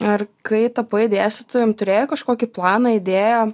ar kai tapai dėstytojum turėjai kažkokį planą idėją